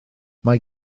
mae